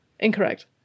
Incorrect